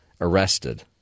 arrested